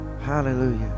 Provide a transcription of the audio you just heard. Hallelujah